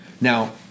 Now